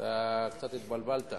אתה קצת התבלבלת,